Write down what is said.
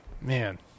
Man